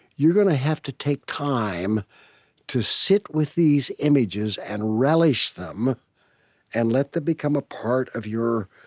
you're going to have to take time to sit with these images and relish them and let them become a part of your